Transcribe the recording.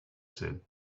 said